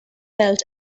belt